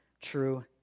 true